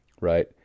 Right